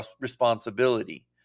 responsibility